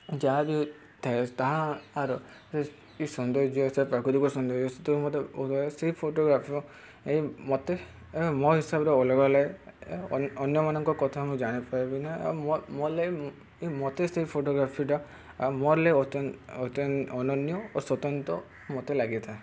ଯାହା ବିି ଥାଏ ତାହା ଆର୍ ସୌନ୍ଦର୍ଯ୍ୟ ସେ ପ୍ରାକୃତିକ ସୌନ୍ଦର୍ଯ୍ୟ ମତେ ସେଇ ଫଟୋଗ୍ରାଫି ମତେ ଏ ମୋ ହିସାବରେ ଅଲଗା ଅଲଗେ ଅନ୍ୟମାନଙ୍କ କଥା ମୁଁ ଜାଣିପାରବି ନାହିଁ ଆଉ ମୋରଲାଗି ମତେ ସେଇ ଫଟୋଗ୍ରାଫିଟା ଆଉ ମୋର ଲାଗି ଅନନ୍ୟ ଓ ସ୍ୱତନ୍ତ୍ର ମତେ ଲାଗିଥାଏ